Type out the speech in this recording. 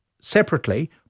separately